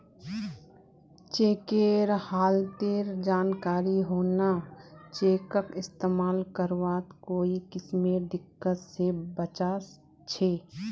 चेकेर हालतेर जानकारी होना चेकक इस्तेमाल करवात कोई किस्मेर दिक्कत से बचा छे